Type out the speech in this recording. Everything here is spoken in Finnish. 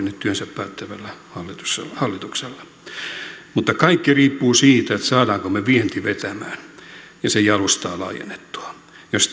nyt työnsä päättävällä hallituksella mutta kaikki riippuu siitä saammeko me viennin vetämään ja sen jalustaa laajennettua jos